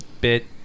bit